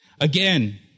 Again